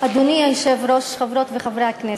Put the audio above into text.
אדוני היושב-ראש, חברות וחברי הכנסת,